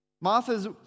Martha's